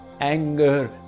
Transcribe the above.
anger